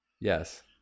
yes